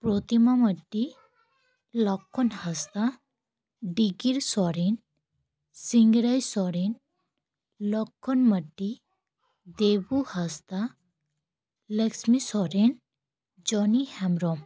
Pratima Mardi Lakkhan Hansda Digir Soren Singrai Soren Lakkhan Mardi Debu Hansda Lakshmi Soren Joni Hembrom